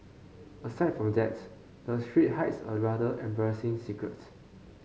aside from that the street hides a rather embarrassing secrets